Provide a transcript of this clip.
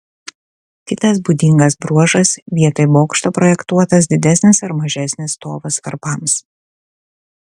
kitas būdingas bruožas vietoj bokšto projektuotas didesnis ar mažesnis stovas varpams